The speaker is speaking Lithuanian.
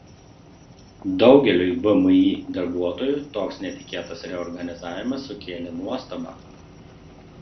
daugeliui vmi darbuotojų toks netikėtas reorganizavimas sukėlė nuostabą